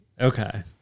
Okay